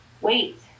wait